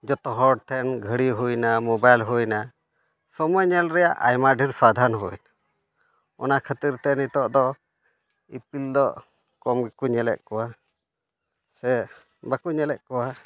ᱡᱚᱛᱚ ᱦᱚᱲ ᱴᱷᱮᱱ ᱜᱷᱟᱹᱲᱤ ᱦᱩᱭᱱᱟ ᱢᱳᱵᱟᱭᱤᱞ ᱦᱩᱭᱱᱟ ᱥᱚᱢᱚᱭ ᱧᱮᱞ ᱨᱮᱭᱟᱜ ᱟᱭᱢᱟ ᱰᱷᱮᱹᱨ ᱥᱟᱫᱷᱚᱱ ᱦᱩᱭᱱᱟ ᱚᱱᱠᱷᱟᱹᱛᱤᱨ ᱱᱤᱛᱚᱜ ᱫᱚ ᱤᱯᱤᱞ ᱫᱚ ᱠᱚᱢ ᱜᱮᱠᱚ ᱧᱮᱞᱮᱫ ᱠᱚᱣᱟ ᱥᱮ ᱵᱟᱝᱠᱚ ᱧᱮᱞᱮᱫ ᱠᱚᱣᱟ